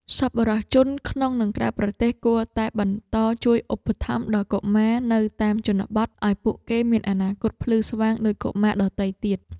សប្បុរសជនក្នុងនិងក្រៅប្រទេសគួរតែបន្តជួយឧបត្ថម្ភដល់កុមារនៅតាមជនបទ ដើម្បីឱ្យពួកគេមានអនាគតភ្លឺស្វាងដូចកុមារដទៃទៀត។